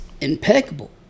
impeccable